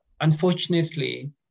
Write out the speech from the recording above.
Unfortunately